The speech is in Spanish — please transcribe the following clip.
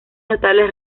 notables